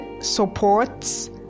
supports